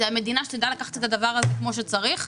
זאת המדינה שתדע לקחת את הדבר הזה כמו שצריך.